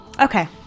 Okay